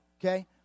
okay